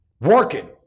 working